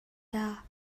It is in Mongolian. даа